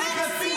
שמונה חודשים,